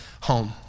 home